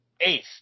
eighth